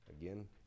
Again